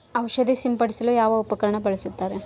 ಔಷಧಿ ಸಿಂಪಡಿಸಲು ಯಾವ ಉಪಕರಣ ಬಳಸುತ್ತಾರೆ?